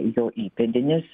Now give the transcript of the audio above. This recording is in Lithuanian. jo įpėdinis